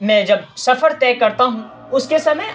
میں جب سفر طے کرتا ہوں اس کے سمے